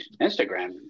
Instagram